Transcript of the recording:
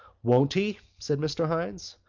won't he? said mr. hynes.